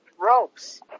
ropes